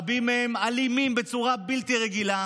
רבים מהם אלימים בצורה בלתי רגילה,